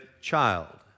child